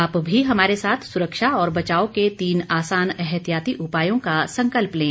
आप भी हमारे साथ सुरक्षा और बचाव के तीन आसान एहतियाती उपायों का संकल्प लें